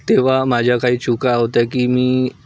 तेव्हा माझ्या काही चुका होत्या की मी